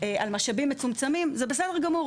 של משאבים מצומצמים - זה בסדר גמור.